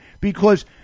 because-